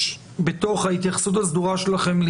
שתתייחסו אליהן בתוך ההתייחסות הסדורה שלכם: